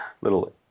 little